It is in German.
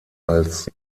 als